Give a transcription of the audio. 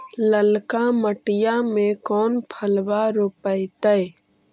ललका मटीया मे कोन फलबा रोपयतय?